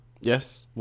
Yes